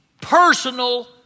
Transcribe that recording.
personal